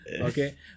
okay